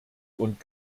und